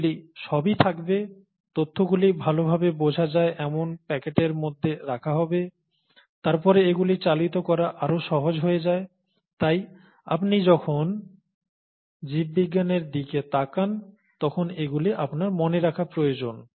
এগুলি সবই থাকবে তথ্যগুলি ভালভাবে বোঝা যায় এমন প্যাকেটের মধ্যে রাখা হবে তারপরে এগুলি চালিত করা আরও সহজ হয়ে যায় তাই আপনি যখন জীববিজ্ঞানের দিকে তাকান তখন এগুলি আপনার মনে রাখা প্রয়োজন